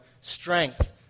strength